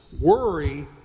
worry